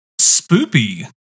spoopy